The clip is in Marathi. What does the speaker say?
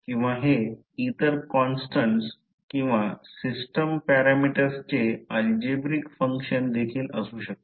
किंवा हे इतर काँस्टंट्स किंवा सिस्टम पॅरामीटर्सचे अल्जेब्रिक फंक्शन असू शकते